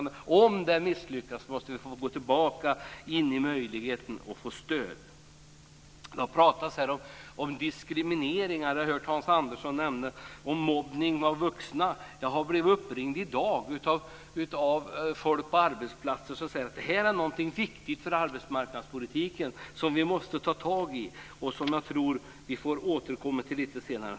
Om de misslyckas måste de få tillbaka möjligheten att få stöd. Det talas här om diskriminering. Jag har hört Hans Andersson nämna mobbning av vuxna. Jag har blivit uppringd i dag av folk på arbetsplatser som säger att det här är någonting viktigt för arbetsmarknadspolitiken som vi måste ta itu med och som jag tror att vi får återkomma till lite senare.